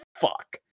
fuck